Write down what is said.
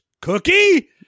cookie